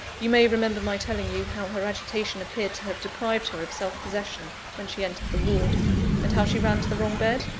you may remember my telling you, how her agitation appeared to have deprived her of self-possession, when she entered the ward and how she ran to the wrong bed,